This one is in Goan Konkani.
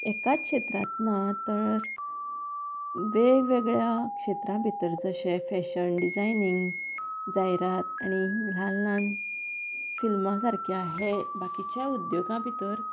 एकाच क्षेत्रांत ना तर वेग वेेगळ्या क्षेत्रां भितर जशें फॅशन डिजायनींग जायरात आनी ल्हान ल्हान फिल्मां सारकी हे बाकीच्या उद्द्योगा भितर